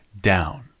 down